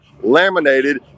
laminated